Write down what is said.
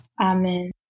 Amen